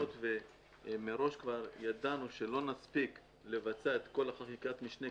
וידענו מראש שלא נספיק לבצע את כל חקיקת המשנה,